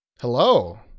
Hello